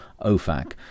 OFAC